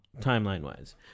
Timeline-wise